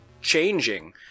changing